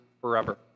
forever